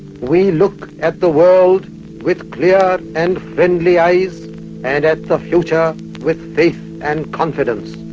we look at the world with clear and friendly eyes and at the future with faith and confidence.